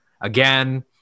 again